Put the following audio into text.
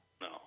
No